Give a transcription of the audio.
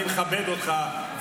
אני מכבד אותך,